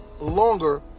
longer